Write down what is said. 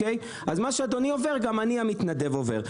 אז מה שאדוני עובר גם אני המתנדב עובר.